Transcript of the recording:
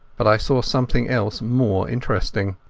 but i saw something else more interesting.